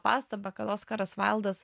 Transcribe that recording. pastabą kad oskaras vaildas